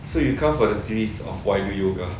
so you come for the series of why do yoga